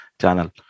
channel